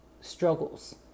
struggles